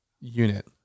unit